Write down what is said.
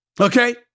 Okay